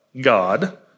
God